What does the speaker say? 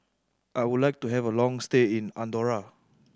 I would like to have a long stay in Andorra